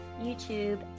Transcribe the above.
YouTube